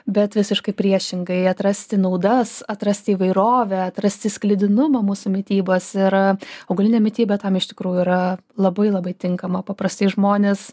bet visiškai priešingai atrasti naudas atrasti įvairovę atrasti sklidinumų mūsų mitybos ir augalinė mityba tam iš tikrųjų yra labai labai tinkama paprastai žmonės